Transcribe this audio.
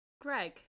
Greg